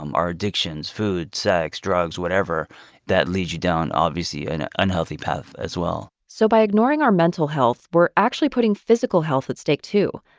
um our addictions food, sex, drugs, whatever that lead you down, obviously, an and unhealthy path as well so by ignoring our mental health, we're actually putting physical health at stake, too.